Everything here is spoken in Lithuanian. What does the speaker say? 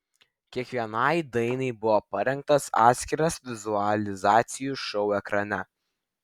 kiekvienai dainai buvo parengtas atskiras vizualizacijų šou ekrane